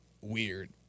weird